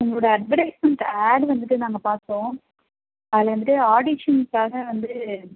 உங்களோடு advertisement ad வந்துட்டு நாங்கள் பார்த்தோம் அதில் வந்துட்டு ஆடிஷன்க்காக வந்து